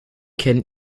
can